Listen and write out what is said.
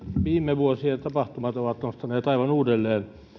viime vuosien tapahtumat ovat nostaneet aivan uudelleen